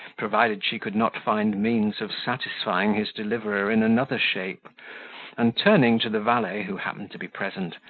provided she could not find means of satisfying his deliverer in another shape and, turning, to the valet, who happened to be present,